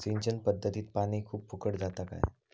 सिंचन पध्दतीत पानी खूप फुकट जाता काय?